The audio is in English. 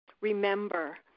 remember